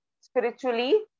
spiritually